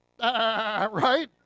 Right